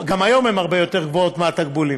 גם היום הן הרבה יותר גבוהות מהתקבולים,